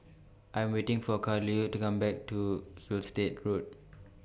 I Am waiting For Carolee to Come Back from Gilstead Road